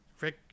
Rick